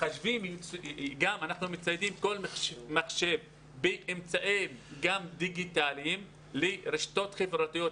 אנחנו מציידים כל מחשב באמצעים דיגיטליים לרשתות חברתיות,